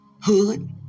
hood